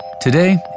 Today